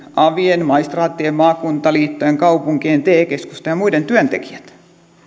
avien maistraattien maakuntaliittojen kaupunkien te keskusten tai muiden työntekijöitä